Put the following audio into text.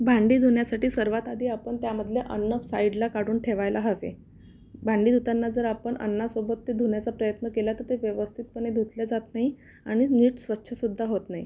भांडी धुण्यासाठी सर्वात आधी आपण त्यामधले अन्न साईडला काढून ठेवायला हवे भांडी धुताना जर आपण अन्नासोबत ते धुण्याचा प्रयत्न केला तर ते व्यवस्थितपणे धुतले जात नाही आणि नीट स्वच्छसुद्धा होत नाही